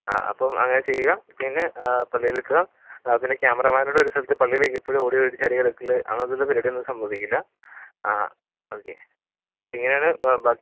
ആ അപ്പം അങ്ങനെ ചെയ്യുക പിന്നെ പള്ളിയിൽ എത്തുക ആ പിന്നെ ക്യാമറാമാനോട് ഒരു സ്ഥലത്ത് പള്ളിയിലേക്ക് എപ്പോഴും ഓടി ഓടി ചാടി നടക്കൽ അങ്ങനത്തെ ഉള്ള പരിപാടി ഒന്നും സമ്മതിക്കില്ല ഓക്കെ ഇങ്ങനെയാണ് ബ